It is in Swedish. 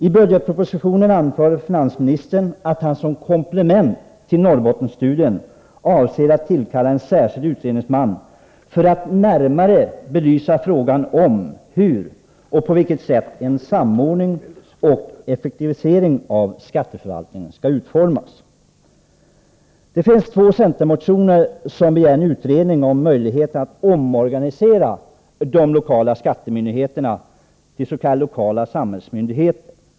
I budgetpropositionen anför finansministern att han som komplement till Norrbottensstudien avser att tillkalla en särskild utredningsman för att närmare belysa frågan om på vilket sätt en samordning och effektivisering av skatteförvaltningen skall utformas. I den ena av två centermotioner begärs en utredning om möjligheterna att omorganisera de lokala skattemyndigheterna till s.k. lokala samhällsmyndigheter.